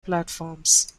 platforms